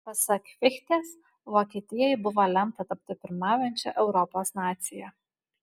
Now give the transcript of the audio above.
pasak fichtės vokietijai buvo lemta tapti pirmaujančia europos nacija